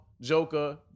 Joker